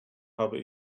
habe